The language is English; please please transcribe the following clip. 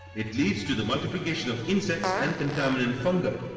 it leads to the multiplication of insects and contaminant fungi.